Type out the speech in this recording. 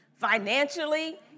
financially